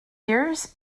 years